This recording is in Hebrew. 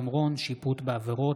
הנחה בארנונה ליתומי צה"ל),